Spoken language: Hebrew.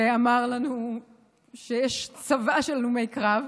הוא אמר לנו שיש צבא של הלומי קרב